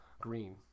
green